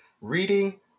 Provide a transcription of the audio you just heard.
reading